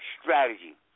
strategy